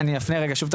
אני לא צריך לחזור על